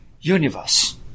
universe